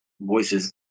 voices